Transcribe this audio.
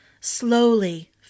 Slowly